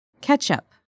Ketchup